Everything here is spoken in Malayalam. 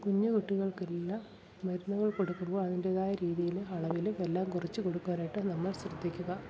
കുഞ്ഞു കുട്ടികൾക്കെല്ലാം മരുന്നുകൾ കൊടുക്കുമ്പോൾ അതിൻ്റേതായ രീതിയിലും അളവിലും എല്ലാം കുറച്ചു കൊടുക്കുവാനായിട്ട് നമ്മൾ ശ്രദ്ധിക്കുക